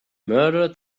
murdered